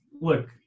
look